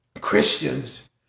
Christians